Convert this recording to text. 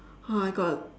!huh! I got